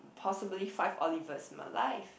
possibly five Olivers in my life